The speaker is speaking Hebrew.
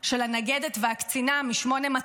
של הנגדת והקצינה מ-8200.